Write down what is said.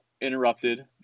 interrupted